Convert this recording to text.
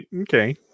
Okay